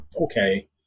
okay